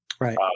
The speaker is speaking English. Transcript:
Right